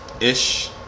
ish